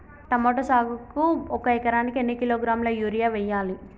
Tomato సాగుకు ఒక ఎకరానికి ఎన్ని కిలోగ్రాముల యూరియా వెయ్యాలి?